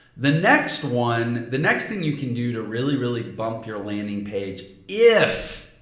the next one, the next thing you can do to really, really bump your landing page if